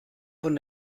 von